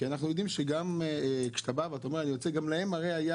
כי אנחנו יודעים שגם כשאתה בא ואתה אומר --- גם להם הרי היה